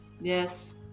yes